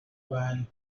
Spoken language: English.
van